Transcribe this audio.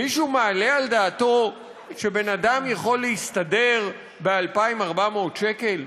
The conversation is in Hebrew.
מישהו מעלה על דעתו שבן-אדם יכול להסתדר ב-2,400 שקל?